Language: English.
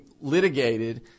litigated